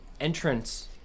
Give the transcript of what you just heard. entrance